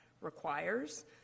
requires